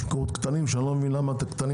יש מקומות קטנים שאי לא מבין למה את הקטנים